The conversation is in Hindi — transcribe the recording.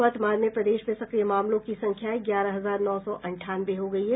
वर्तमान में प्रदेश में सक्रिय मामलों की संख्या ग्यारह हजार नौ सौ अंठानवे हो गई है